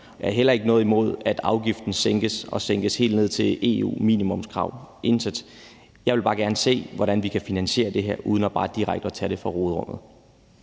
Jeg har heller ikke noget imod, at afgiften sænkes og sænkes helt ned til EU's minimumskrav – intet. Jeg vil bare gerne se, hvordan vi kan finansiere det her uden at tage det direkte fra råderummet.